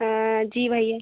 हाँ जी भैया